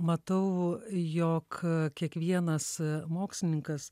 matau jog kiekvienas mokslininkas